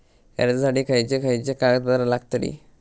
कर्जासाठी खयचे खयचे कागदपत्रा लागतली?